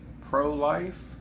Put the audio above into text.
pro-life